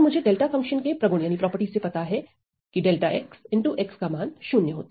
और मुझे delta function के प्रगुण से पता है 𝛿x का मान शून्य होता है